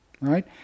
Right